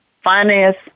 finance